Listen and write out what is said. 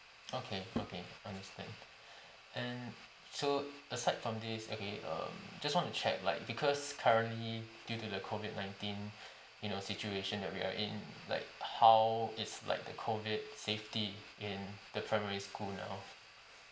okay okay understand and so aside from this okay um just want to check like because currently due to the COVID nineteen you know situation that we're in like how is like the COVID safety in the primary school now